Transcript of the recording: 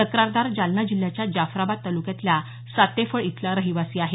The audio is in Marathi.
तक्रारदार जालना जिल्ह्याच्या जाफराबाद तालुक्यातल्या सातेफळ इथला रहिवासी आहे